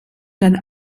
dann